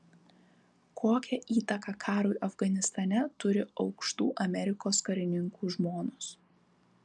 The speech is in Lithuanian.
kokią įtaką karui afganistane turi aukštų amerikos karininkų žmonos